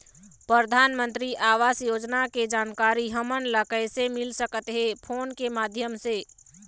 परधानमंतरी आवास योजना के जानकारी हमन ला कइसे मिल सकत हे, फोन के माध्यम से?